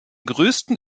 größten